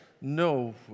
no